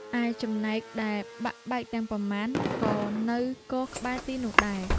ឯចំណែកដែលបាក់បែកទាំងប៉ុន្មាន ក៏នៅគរក្បែរទីនោះដែរ ។